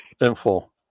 info